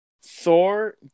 Thor